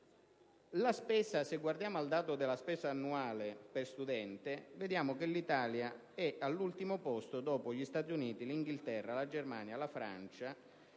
Se guardiamo poi al dato della spesa annuale per studente, risulta che l'Italia è all'ultimo posto dopo gli Stati Uniti, il Regno Unito, la Germania, la Francia